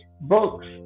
books